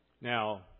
Now